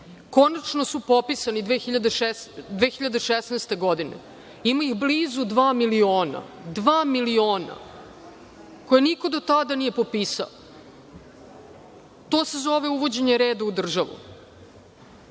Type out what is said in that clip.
Konačno su popisani 2016. godine. Ima ih blizu dva miliona, dva miliona koja niko do tada nije popisao. To se zove uvođenje reda u